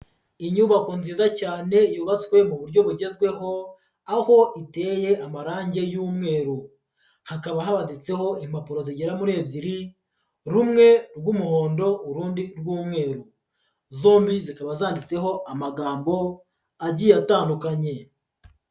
Inyubako nziza cyane yubatswe mu buryo bugezweho, aho iteye amarangi y'umweru, hakaba habaditseho impapuro zigera muri ebyiri, rumwe rw'umuhondo urundi rw'umweru, zombi zikaba zanditseho amagambo agiye atandukanye.